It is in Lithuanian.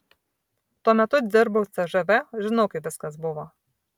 tuo metu dirbau cžv žinau kaip viskas buvo